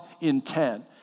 intent